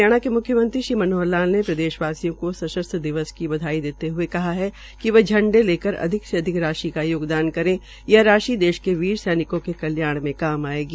हरियाणा के म्ख्यमंत्री श्री मनोहर लाल ने प्रदेश वासियों को सशस्त्र दिवस की बधाई देते हए कहा है कि वे झंडे लेकर अधिक से अधिक राशि का योगदान करे यह राशि देश के वीर सैनिकों के कल्याण में काम आयेगी